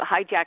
hijack